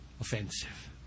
offensive